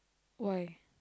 why